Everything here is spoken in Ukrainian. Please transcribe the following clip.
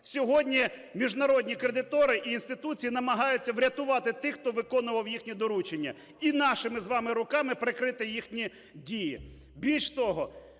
Сьогодні міжнародні кредитори і інституції намагаються врятувати тих, хто виконував їхні доручення і нашими з вами руками прикрити їхні дії.